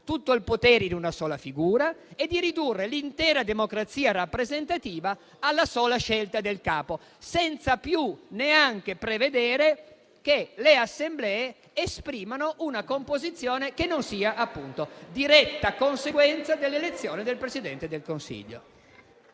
tutto il potere in una sola figura e di ridurre l'intera democrazia rappresentativa alla sola scelta del capo, senza più neanche prevedere che le Assemblee esprimano una composizione che non sia appunto diretta conseguenza dell'elezione del Presidente del Consiglio.